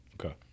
okay